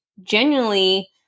genuinely